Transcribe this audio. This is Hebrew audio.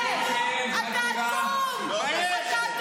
איך אתה אומר דברים כאלה?